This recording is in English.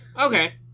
Okay